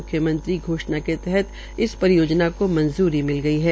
म्ख्यमंत्री घोषणा के तहत इस परियोजना को मंजूरी मिल गई है